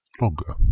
longer